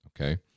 Okay